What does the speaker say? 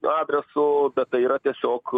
adresu bet tai yra tiesiog